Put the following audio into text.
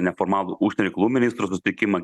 neformalų užsienio reikalų ministrų susitikimą